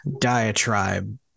diatribe